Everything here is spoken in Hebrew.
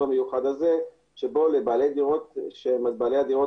המיוחד הזה שבו לבעלי הדירות העליונות